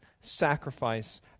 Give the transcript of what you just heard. sacrifice